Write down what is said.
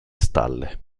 stalle